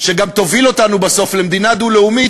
שגם תוביל אותנו בסוף למדינה דו-לאומית,